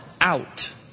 out